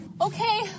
Okay